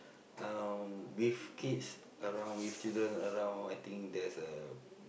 uh with kids around with children around I think there's a